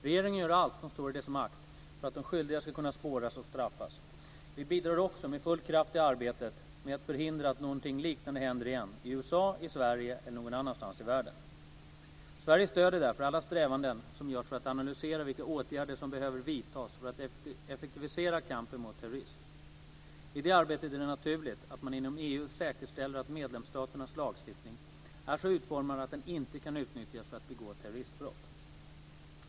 Regeringen gör allt som står i dess makt för att de skyldiga ska kunna spåras och straffas. Vi bidrar också med full kraft till arbetet med att förhindra att någonting liknande händer igen, i USA, i Sverige eller någon annanstans i världen. Sverige stöder därför alla strävanden som görs för att analysera vilka åtgärder som behöver vidtas för att effektivisera kampen mot terrorism. I det arbetet är det naturligt att man inom EU säkerställer att medlemsstaternas lagstiftning är så utformad att den inte kan utnyttjas för att begå terroristbrott.